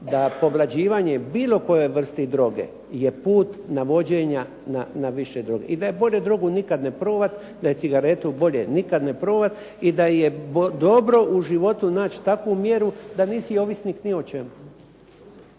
da povlađivanje bilo kojoj vrsti droge je put navođenja na više droge i da je bolje drogu nikad ne probati, da je cigaretu bolje nikad ne probati i da je dobro u životu naći takvu mjeru da nisi ovisnik ni o čemu.